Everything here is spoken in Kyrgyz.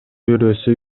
бирөөсү